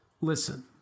listen